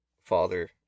father